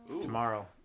Tomorrow